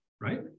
right